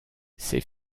c’est